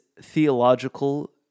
theological